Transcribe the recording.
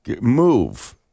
move